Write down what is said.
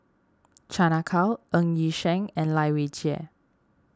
Chan Ah Kow Ng Yi Sheng and Lai Weijie